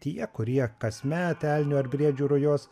tie kurie kasmet elnių ar briedžių rujos